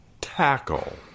Tackle